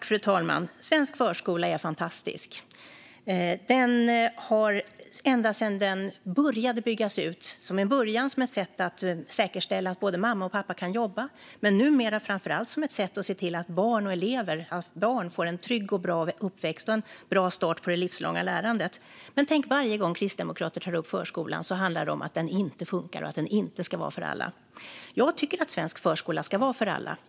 Fru talman! Svensk förskola är fantastisk. Till en början byggdes den ut för att säkerställa att både mamma och pappa skulle kunna jobba, men numera handlar det framför allt om att ge barn en trygg uppväxt och en bra start på det livslånga lärandet. Men tänk att varje gång Kristdemokraterna tar upp förskolan handlar det om att den inte funkar och att den inte ska vara för alla! Jag tycker att svensk förskola ska vara för alla.